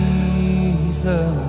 Jesus